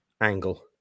angle